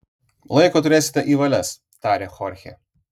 laiko turėsite į valias tarė chorchė